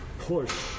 push